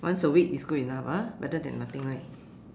once a week is good enough ah better than nothing right